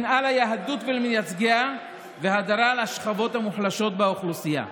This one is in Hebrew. שנאה ליהדות ולמייצגיה והדרת השכבות המוחלשות באוכלוסייה,